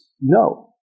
No